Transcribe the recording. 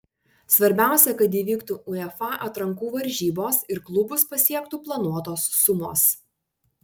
svarbiausia kad įvyktų uefa atrankų varžybos ir klubus pasiektų planuotos sumos